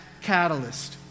catalyst